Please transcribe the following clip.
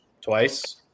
twice